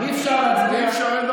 אבל אי-אפשר להצביע.